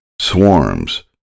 Swarms